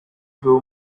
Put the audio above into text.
ago